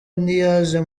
ntiyaje